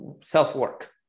self-work